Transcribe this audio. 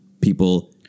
people